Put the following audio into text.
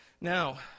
Now